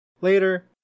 Later